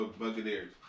Buccaneers